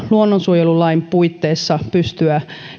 luonnonsuojelulain puitteissa pystyä